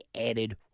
added—